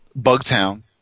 Bugtown